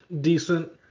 decent